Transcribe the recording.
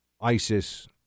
ISIS